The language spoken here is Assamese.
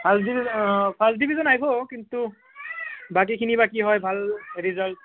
ফাৰ্ষ্ট ডিভি অঁ ফাৰ্ষ্ট ডিভিজন আহিব কিন্তু বাকীখিনি বাকী হয় ভাল ৰিজাল্ট